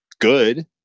good